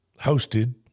Hosted